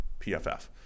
PFF